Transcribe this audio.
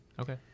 okay